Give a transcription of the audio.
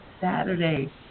Saturday